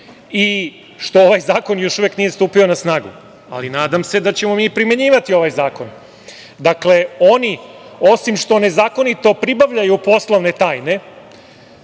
i što ovaj zakon još uvek nije stupio na snagu. Nadam se da ćemo mi primenjivati ovaj zakon. Dakle, oni osim što nezakonito pribavljaju poslovne tajne,